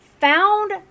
found